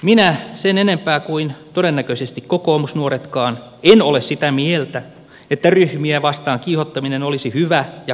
minä sen enempää kuin todennäköisesti kokoomusnuoretkaan en ole sitä mieltä että ryhmiä vastaan kiihottaminen olisi hyvä ja kannatettava asia